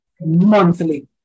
monthly